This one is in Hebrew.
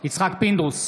יצחק פינדרוס,